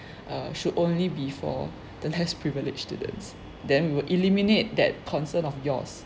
err should only be for the less privileged students then we will eliminate that concern of yours